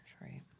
right